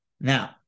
now